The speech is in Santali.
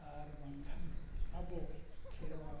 ᱟᱨ ᱵᱟᱝᱠᱷᱟᱱ ᱠᱷᱮᱨᱣᱟᱲ